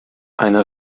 eine